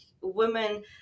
women